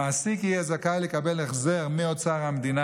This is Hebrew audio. המעסיק יהיה זכאי לקבל החזר מאוצר המדינה